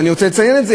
ואני רוצה לציין את זה,